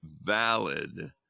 valid